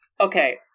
okay